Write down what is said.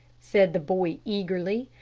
said the boy, eagerly.